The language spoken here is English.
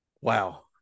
wow